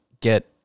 get